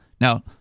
now